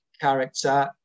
character